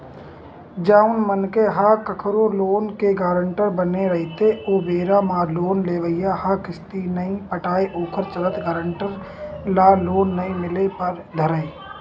जउन मनखे ह कखरो लोन के गारंटर बने रहिथे ओ बेरा म लोन लेवइया ह किस्ती नइ पटाय ओखर चलत गारेंटर ल लोन नइ मिले बर धरय